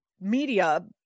media